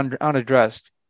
unaddressed